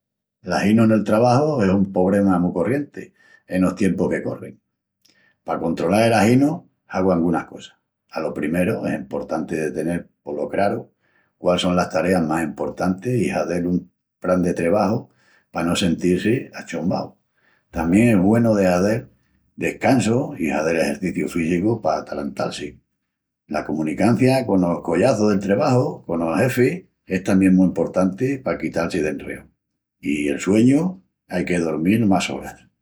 L'aginu nel trebaju es un pobrema mu corrienti enos tiempus que corrin. Pa controlal el aginu, hagu angunas cosas. Alo primeru es emportanti de tenel polo craru quál son las tareas más emportantis i hazel un pran de trebaju pa no sentil-si achombau. Tamién es güenu de hazel descansus i hazel exerciciu físicu p'atalantal-si. La comunicancia conos collaçus de trebaju i colos xefis es tamién mu emportanti pa quital-si d'enreus. I el sueñu, ai que dormil más oras.